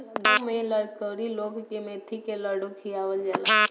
गांव में लरकोरी लोग के मेथी के लड्डू खियावल जाला